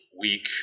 week